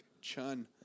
Chun